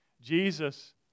Jesus